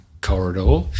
corridor